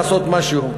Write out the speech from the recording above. לעשות משהו.